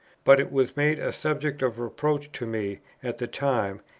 but it was made a subject of reproach to me at the time,